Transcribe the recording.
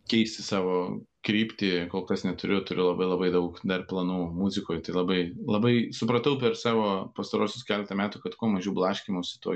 keisti savo kryptį kol kas neturiu turiu labai labai daug planų muzikoj tai labai labai supratau per savo pastaruosius keletą metų kad kuo mažiau blaškymosi tuo